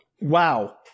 Wow